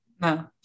no